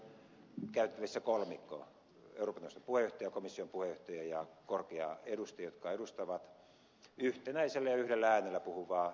tämän jälkeen meillä on käytettävissä kolmikko eurooppa neuvoston puheenjohtaja komission puheenjohtaja ja korkea edustaja joka edustaa yhtenäisellä ja yhdellä äänellä puhuvaa euroopan unionia